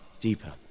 deeper